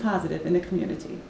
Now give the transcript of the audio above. positive in the community